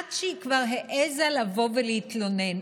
עד שהיא כבר העזה לבוא ולהתלונן,